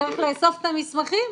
צריך לאסוף את המסמכים,